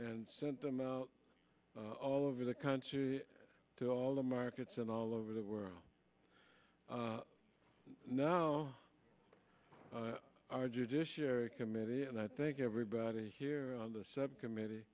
and sent them out all over the country to all the markets and all over the world no our judiciary committee and i think everybody here on the subcommittee